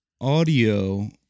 audio